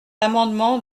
amendement